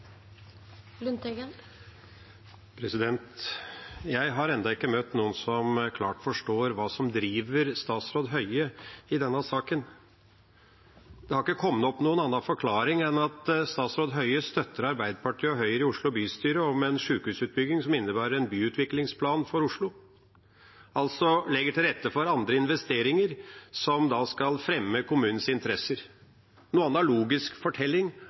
Det har ikke kommet opp noen annen forklaring enn at statsråd Høie støtter Arbeiderpartiet og Høyre i Oslo bystyre i en sykehusutbygging som innebærer en byutviklingsplan for Oslo – altså å legge til rette for andre investeringer, som da skal fremme kommunens interesser. Noen annen logisk fortelling